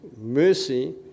mercy